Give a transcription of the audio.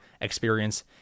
experience